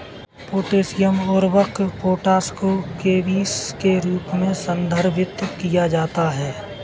potassium उर्वरक potash को केबीस के रूप में संदर्भित किया जाता है